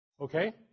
Okay